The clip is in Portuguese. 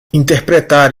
interpretar